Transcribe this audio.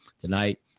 tonight